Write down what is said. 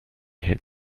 had